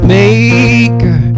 Maker